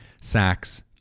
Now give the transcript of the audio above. sacks